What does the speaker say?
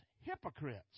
hypocrites